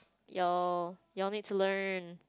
you all you all need to learn